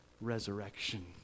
resurrection